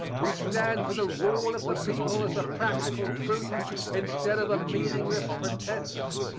we stand for the rule of the people as a practical truth instead of a meaningless pretense.